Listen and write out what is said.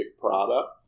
product